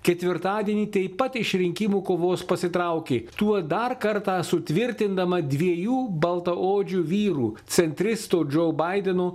ketvirtadienį taip pat iš rinkimų kovos pasitraukė tuo dar kartą sutvirtindama dviejų baltaodžių vyrų centristų džo baideno